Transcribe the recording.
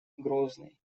грозный